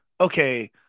Okay